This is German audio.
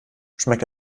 schmeckt